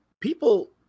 people